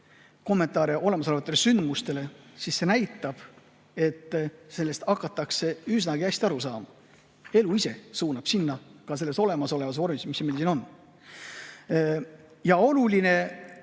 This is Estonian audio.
kommentaare olemasolevatele sündmustele, siis see näitab, et sellest hakatakse üsnagi hästi aru saama. Elu ise suunab sinna, ka selles olemasolevas horisondis, mis meil siin on. Oluline